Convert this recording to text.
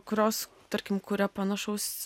kurios tarkim kuria panašaus